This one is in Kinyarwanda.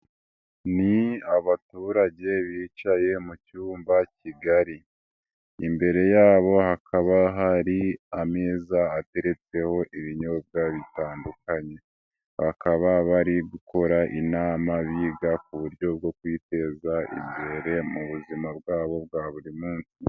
Ni abaturage bicaye mu cyumba kigari, imbere yabo hakaba hari ameza ateretseho ibinyobwa bitandukanye, bakaba bari gukora inama biga ku buryo bwo kwiteza imbere mu buzima bwabo bwa buri munsi.